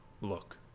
look